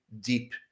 deep